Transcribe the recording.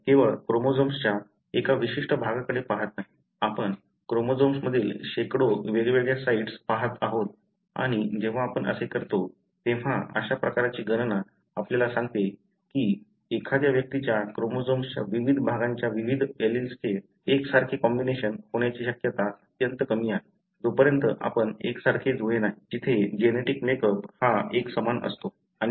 आपण केवळ क्रोमोझोम्सच्या एका विशिष्ट भागाकडे पाहत नाही आपण क्रोमोझोम्स मधील शेकडो वेगवेगळ्या साइट्स पहात आहोत आणि जेव्हा आपण असे करतो तेव्हा अशा प्रकारची गणना आपल्याला सांगते कि एखाद्या व्यक्तीच्या क्रोमोझोम्सच्या विविध भागाच्या विविध एलील्सचे एकसारखे कॉम्बिनेशन होण्याची शक्यता अत्यंत कमी आहे जोपर्यंत आपण एकसारखे जुळे नाही जिथे जेनेटिक मेकअप हा एकसमान असतो